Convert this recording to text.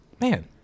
man